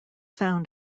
found